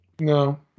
No